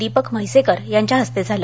दिपक म्हैसेकर यांच्या हस्ते झालं